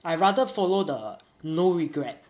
I rather follow the no regret